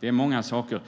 Det är många saker, och